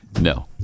No